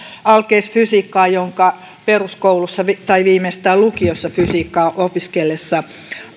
alkeisfysiikkaa jonka peruskoulussa tai viimeistään lukiossa fysiikkaa opiskellessaan